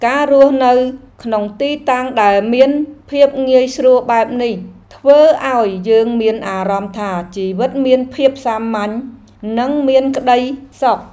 ការរស់នៅក្នុងទីតាំងដែលមានភាពងាយស្រួលបែបនេះ ធ្វើឱ្យយើងមានអារម្មណ៍ថាជីវិតមានភាពសាមញ្ញនិងមានក្តីសុខ។